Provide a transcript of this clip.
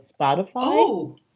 Spotify